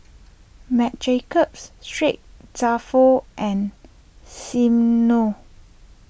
Marc Jacobs Street Dalfour and Smirnoff